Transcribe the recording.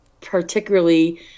particularly